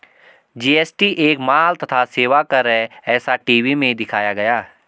GST एक माल तथा सेवा कर है ऐसा टी.वी में दिखाया गया